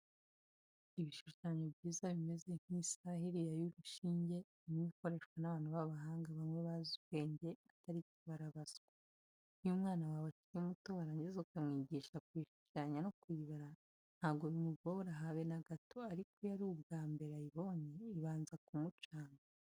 Ibishushanyo byiza bimeze nk'isaha iriya y'urushinge, imwe ikoreshwa n'abantu b'abahanga bamwe bazi ubwenge, atari kibara baswa. Iyo umwana wawe akiri muto warangiza ukamwigisha kuyishushanya no kuyibara, ntabwo bimugora habe na gato, ariko iyo ari ubwa mbere ayibonye ibanza kumucanga.